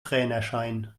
trainerschein